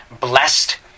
blessed